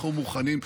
אנחנו מוכנים.